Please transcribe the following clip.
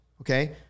Okay